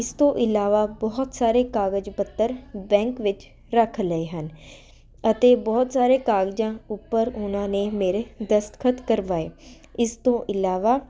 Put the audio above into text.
ਇਸ ਤੋਂ ਇਲਾਵਾ ਬਹੁਤ ਸਾਰੇ ਕਾਗਜ਼ ਪੱਤਰ ਬੈਂਕ ਵਿੱਚ ਰੱਖ ਲਏ ਹਨ ਅਤੇ ਬਹੁਤ ਸਾਰੇ ਕਾਗਜ਼ਾਂ ਉੱਪਰ ਉਹਨਾਂ ਨੇ ਮੇਰੇ ਦਸਤਖਤ ਕਰਵਾਏ ਇਸ ਤੋਂ ਇਲਾਵਾ